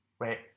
wait